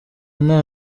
nta